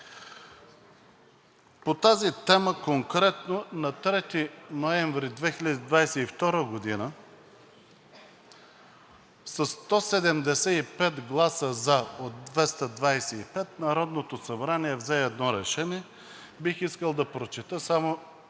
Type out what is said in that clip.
По тази тема конкретно. На 3 ноември 2022 г. със 175 гласа за от 225 Народното събрание взе едно решение. Бих искал да прочета само една